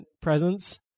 presence